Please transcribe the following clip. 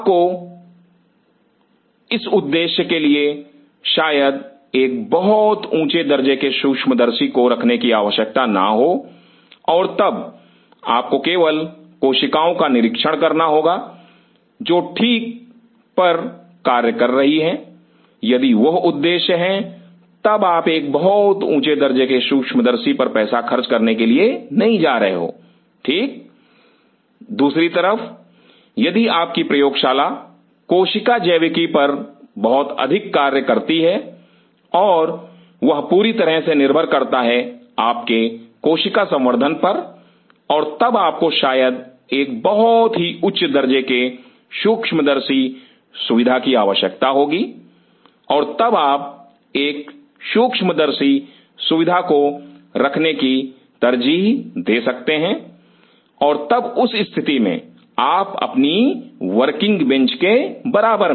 आपको इस उद्देश्य के लिए शायद एक बहुत ऊंचे दर्जे के सूक्ष्मदर्शी को रखने की आवश्यकता ना हो और तब आपको केवल कोशिकाओं का निरीक्षण करना होगा जो ठीक पर कार्य कर रही है यदि वह उद्देश्य हैं तब आप एक बहुत ऊंचे दर्जे के सूक्ष्मदर्शी पर पैसा खर्च करने नहीं जा रहे हों ठीक दूसरी तरफ यदि आप की प्रयोगशाला कोशिका जैविकी पर बहुत अधिक कार्य करती है और वह पूरी तरह से निर्भर करता है आपके कोशिका संवर्धन पर और तब आपको शायद एक बहुत ही उच्च दर्जे के सूक्ष्मदर्शी सुविधा की आवश्यकता होगी और तब आप एक सूक्ष्मदर्शी सुविधा को रखने की तरजीह दे सकते है और तब उस स्थिति में अपनी वर्किंग बेंच के बराबर में